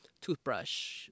toothbrush